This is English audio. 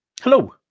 Hello